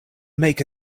make